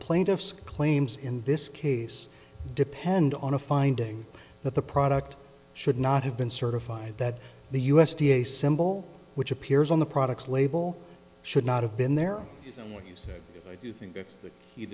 plaintiff's claims in this case depend on a finding that the product should not have been certified that the u s d a symbol which appears on the products label should not have been there and what you sa